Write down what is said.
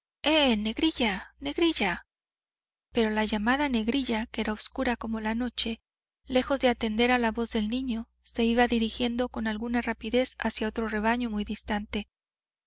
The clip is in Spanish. negrilla negrilla pero la llamada negrilla que era obscura como la noche lejos de atender a la voz del niño se iba dirigiendo con alguna rapidez hacia otro rebaño muy distante